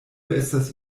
estas